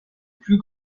plus